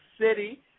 city